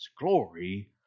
Glory